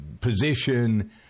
position